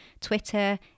Twitter